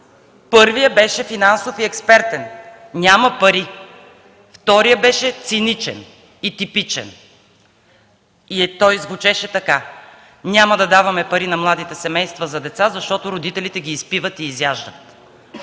Първият беше финансов и експертен – няма пари. Вторият беше циничен и типичен, и той звучеше така: „Няма да даваме пари на младите семейства за деца, защото родителите ги изпиват и изяждат”.